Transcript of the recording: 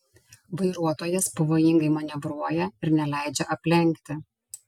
vairuotojas pavojingai manevruoja ir neleidžia aplenkti